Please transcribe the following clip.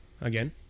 Again